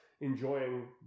enjoying